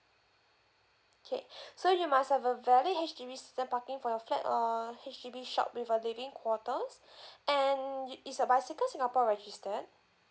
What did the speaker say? okay so you must have a valid H_D_B season parking for your flat or your H_D_B shop with a living quarters and y~ is your bicycle singapore registered